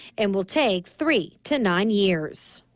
and will take three to nine years.